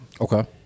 Okay